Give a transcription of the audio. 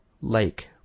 Lake